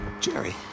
Jerry